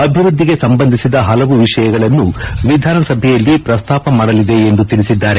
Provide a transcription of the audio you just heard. ಅಭಿವೃದ್ದಿಗೆ ಸಂಬಂಧಿಸಿದ ಪಲವು ವಿಷಯಗಳನ್ನು ವಿಧಾನಸಭೆಯಲ್ಲಿ ಪ್ರಸ್ತಾಪ ಮಾಡಲಿದೆ ಎಂದು ತಿಳಿಸಿದ್ದಾರೆ